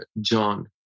John